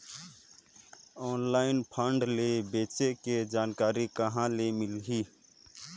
Online fraud ले बचे के जानकारी कहां ले मिलही?